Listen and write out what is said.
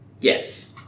Yes